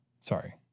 sorry